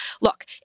look